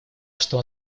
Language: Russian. что